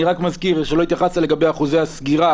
מזכיר שלא התייחסת לגבי אחוזי הסגירה